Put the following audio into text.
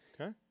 Okay